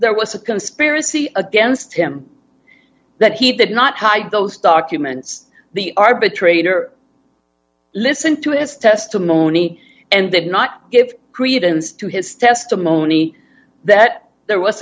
there was a conspiracy against him that he did not hide those documents the arbitrator listened to his testimony and they did not give credence to his testimony that there was